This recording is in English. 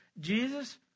Jesus